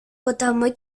ποταμό